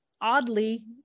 oddly